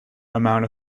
amount